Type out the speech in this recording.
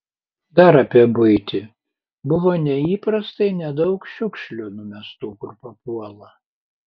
dar apie buitį buvo neįprastai nedaug šiukšlių numestų kur papuola